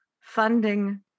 funding